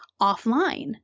offline